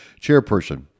chairperson